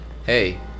Hey